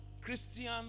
Christian